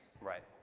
Right